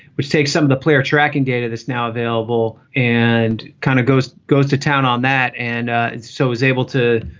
which takes some of the player tracking data that's now available and kind of goes goes to town on that. and so he's able to